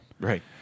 Right